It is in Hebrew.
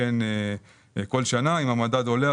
מתעדכנים כל שנה ואם המדד עולה,